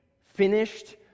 finished